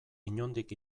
inondik